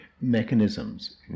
mechanisms